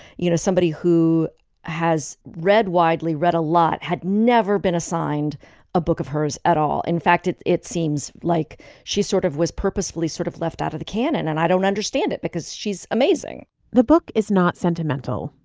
you know, somebody who has read widely, read a lot, had never been assigned a book of hers at all. in fact, it's it seems like she sort of was purposefully sort of left out of the canon. and i don't understand it because she's amazing the book is not sentimental.